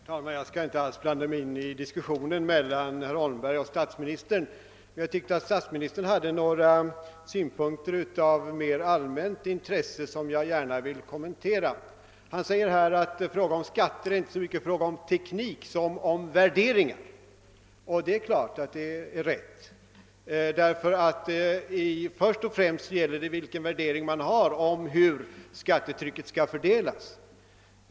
Herr talman! Jag skall inte alls blanda mig i diskussionen mellan herr Holmberg och statsministern, men jag tycker att statsministern framförde några synpunkter av mera allmänt intresse, som jag gärna vill kommentera. Han sade att frågan om skatter inte är så mycket en fråga om teknik som om värderingar, och det är klart att det är rätt. Först och främst gäller det vilken värdering man har om hur skattetrycket skall fördelas.